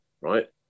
right